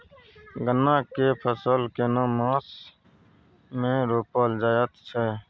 गन्ना के फसल केना मास मे रोपल जायत छै?